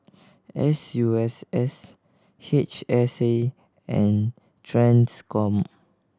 S U S S H S A and Transcom